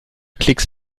klicks